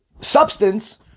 substance